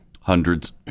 Hundreds